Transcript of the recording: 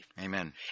Amen